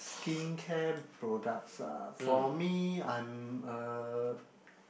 skincare products ah for me I'm a